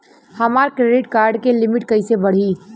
हमार credit card के limit कइसे बढ़ी?